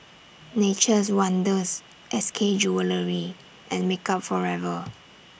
Nature's Wonders S K Jewellery and Makeup Forever